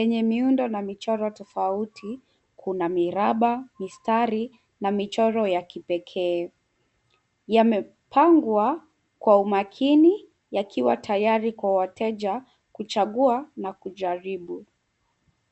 enye miundo na michoro tafauti. Kuna miraba mistari na michoro ya kipekee yamepangwa kwa umakini yakiwa tayari kwa wateja kuchangua na kujaribu.